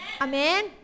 Amen